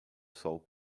sol